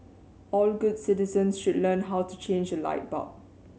all good citizens should learn how to change a light bulb